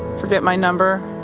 forget my number,